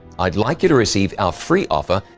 i'd like you to receive our free offer,